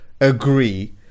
agree